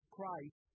Christ